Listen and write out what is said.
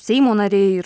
seimo nariai ir